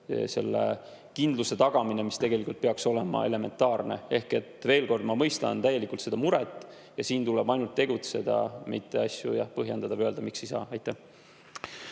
selle kindluse tagamine, mis tegelikult peaks olema elementaarne. Veel kord, ma mõistan täielikult seda muret ja siin tuleb ainult tegutseda, mitte [puudujääke] põhjendada ja öelda, miks ei saa. Aitäh!